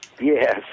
Yes